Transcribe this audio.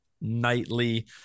nightly